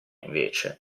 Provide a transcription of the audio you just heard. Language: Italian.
invece